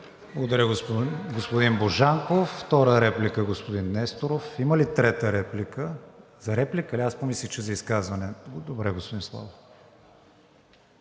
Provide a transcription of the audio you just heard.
Благодаря, господин Божанков. Втора реплика – господин Несторов. Има ли трета реплика? За реплика ли? Аз помислих, че за изказване – добре, господин Славов.